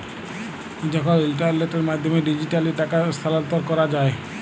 যখল ইলটারলেটের মাধ্যমে ডিজিটালি টাকা স্থালাল্তর ক্যরা হ্যয়